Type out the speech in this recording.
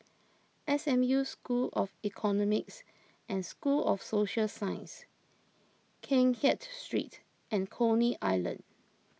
S M U School of Economics and School of Social Sciences Keng Kiat Street and Coney Island